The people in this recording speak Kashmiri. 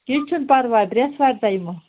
کیٚنٛہہ چھُ نہٕ پَرواے برٛٮ۪سوارِ تام یِمو